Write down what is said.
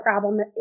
problem